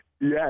yes